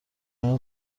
این